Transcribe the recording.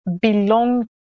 belong